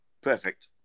Perfect